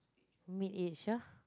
mid age ah